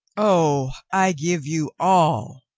oh, i give you all,